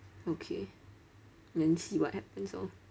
okay then see what happens lor